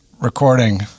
Recording